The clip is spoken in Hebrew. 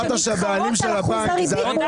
שמתחרות על אחוז הריבית מול הצרכן.